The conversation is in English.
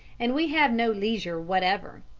and we have no leisure whatever.